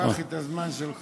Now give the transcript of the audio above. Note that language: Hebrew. קח את הזמן שלך.